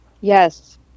Yes